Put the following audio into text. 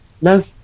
no